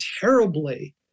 terribly